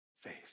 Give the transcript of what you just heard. face